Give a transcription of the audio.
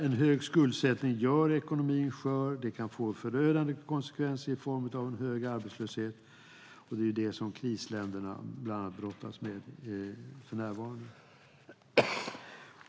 En hög skuldsättning gör ekonomin skör. Den kan få förödande konsekvenser i form av hög arbetslöshet, och det är de problemen som krisländerna brottas med för närvarande.